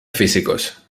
físicos